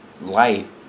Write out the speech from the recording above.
light